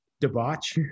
debauch